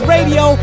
Radio